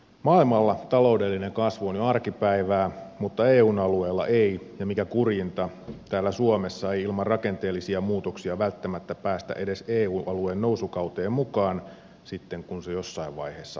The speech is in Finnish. maailmalla taloudellinen kasvu on jo arkipäivää mutta eun alueella ei ja mikä kurjinta täällä suomessa ei ilman rakenteellisia muutoksia välttämättä päästä edes eu alueen nousukauteen mukaan sitten kun se jossain vaiheessa alkaa